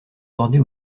bordée